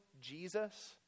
Jesus